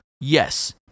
yes